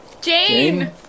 Jane